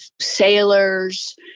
sailors